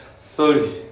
Sorry